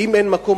האם אין מקום,